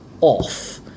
off